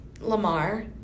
Lamar